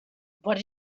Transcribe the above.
what